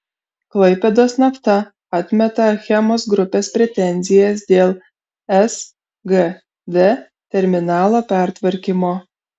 klaipėdos nafta atmeta achemos grupės pretenzijas dėl sgd terminalo pertvarkymo